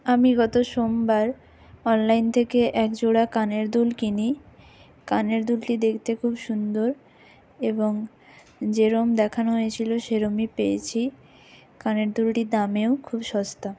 আমি গত সোমবার অনলাইন থেকে এক জোড়া কানের দুল কিনি কানের দুলটি দেখতে খুব সুন্দর এবং যেরকম দেখানো হয়েছিল সেরকমই পেয়েছি কানের দুলটি দামেও খুব সস্তা